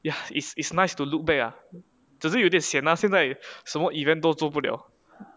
ya it's it's nice to look back ah 只是有点 sian lah 现在什么 event 都做不了